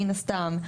מן הסתם,